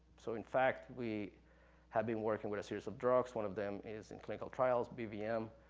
so, in fact, we have been working with a series of drugs, one of them is in clinical trials, bvm,